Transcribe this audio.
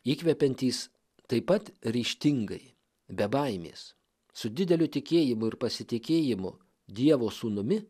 įkvepiantys taip pat ryžtingai be baimės su dideliu tikėjimu ir pasitikėjimu dievo sūnumi